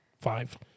five